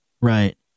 Right